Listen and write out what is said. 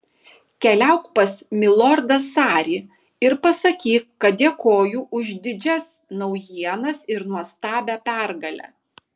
keliauk pas milordą sarį ir pasakyk kad dėkoju už didžias naujienas ir nuostabią pergalę